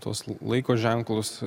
tuos l laiko ženklus